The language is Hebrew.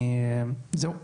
זהו.